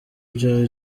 bya